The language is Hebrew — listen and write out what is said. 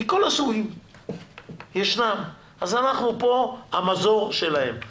אז אנחנו פה המזור שלהם.